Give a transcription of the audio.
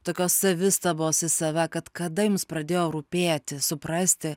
tokios savistabos į save kad kada jums pradėjo rūpėti suprasti